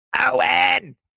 Owen